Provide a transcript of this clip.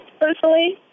personally